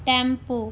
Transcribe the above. tempo